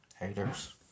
Haters